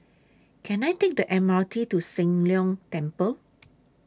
Can I Take The M R T to Soon Leng Temple